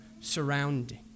surrounding